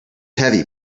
heavy